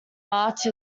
march